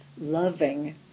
loving